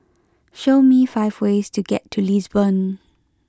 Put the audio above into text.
show me five ways to get to Lisbon